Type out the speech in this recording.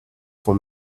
for